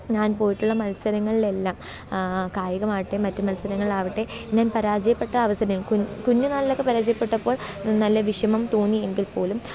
ഞാന് പോയിട്ടുള്ള മത്സരങ്ങളിലെല്ലാം കയികമാവട്ടെ മറ്റ് മത്സരങ്ങളാവട്ടെ ഞാന് പരാജയപ്പെട്ട അവസരം കുഞ്ഞു നാളിലൊക്കെ പരാജയപ്പെട്ടാപ്പോൾ നല്ല വിഷമം തോന്നി എങ്കില് പോലും